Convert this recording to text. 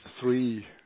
three